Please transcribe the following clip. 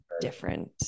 different